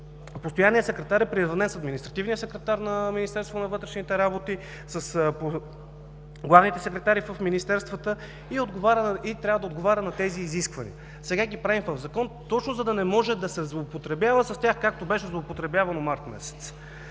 постоянният секретар е приравнен с административния секретар на Министерството на вътрешните работи, с главните секретари в министерствата и трябва да отговаря на тези изисквания. Сега ги правим в закон точно за да не може да се злоупотребява с тях, както беше злоупотребявано месец